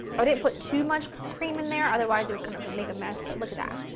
i didn't put too much cream in there, otherwise it will kind of make a mess, but look at that.